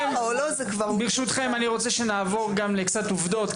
אני רוצה שנעבור גם לקצת עובדות,